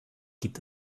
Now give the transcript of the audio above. gibt